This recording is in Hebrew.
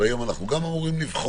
גם היום אנו אמורים לבחון.